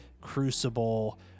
crucible